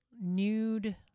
nude